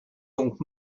donc